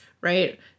right